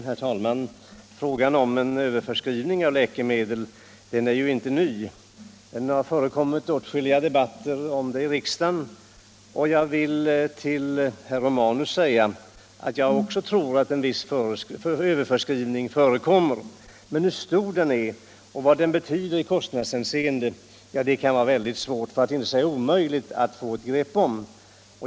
Herr talman! Frågan om överförskrivning av läkemedel är inte ny. Den har tagits upp vid åtskilliga debatter i riksdagen. Och jag vill till herr Romanus säga, att jag också tror att en viss överförskrivning förekommer. Men hur star den är, vad den betyder i kostnadshänseende, kan det vara svårt — för att inte säga omöjligt — att få något grepp om.